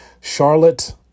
Charlotte